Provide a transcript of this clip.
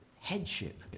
headship